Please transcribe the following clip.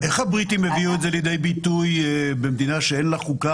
איך הבריטים הביאו את זה לידי ביטוי במדינה שאין לה חוקה